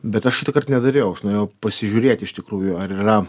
bet aš šitąkart nedariau aš norėjau pasižiūrėt iš tikrųjų ar yra